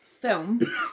film